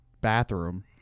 bathroom